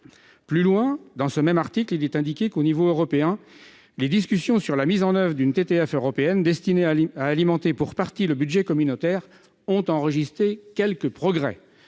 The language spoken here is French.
Plus loin, dans ce même article sur le site susvisé, il est indiqué qu'à l'échelon européen, « les discussions sur la mise en oeuvre d'une TTF européenne destinée à alimenter pour partie le budget communautaire ont enregistré quelques progrès.